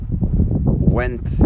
went